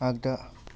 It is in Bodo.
आग्दा